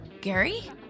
Gary